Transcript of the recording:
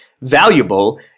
valuable